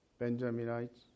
Benjaminites